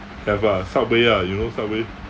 have ah subway ah you know subway